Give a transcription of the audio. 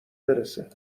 برسه